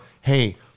hey